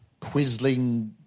quizzling